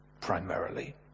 primarily